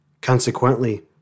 Consequently